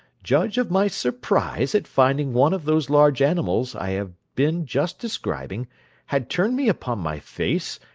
judge of my surprise at finding one of those large animals i have been just describing had turned me upon my face,